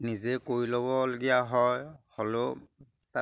নিজেই কৰি ল'বলগীয়া হয় হ'লেও তাত